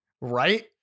Right